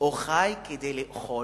או חי כדי לאכול?